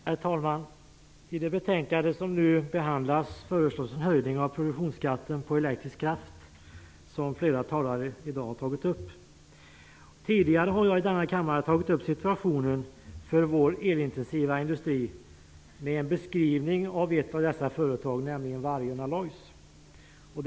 Herr talman! I det betänkande som nu behandlas föreslås en höjning av produktionsskatten på elektrisk kraft, som flera talare i dag har tagit upp. Tidigare har jag i denna kammare tagit upp situationen för vår elintensiva industri med en beskrivning av ett av dessa företag, nämligen Vargön Alloys.